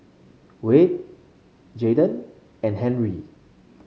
Wayde Jaiden and Henri